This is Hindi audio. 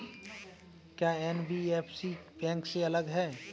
क्या एन.बी.एफ.सी बैंक से अलग है?